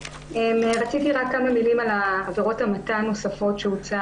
רציתי לומר רק כמה מילים על עבירות ההמתה הנוספות שהוצע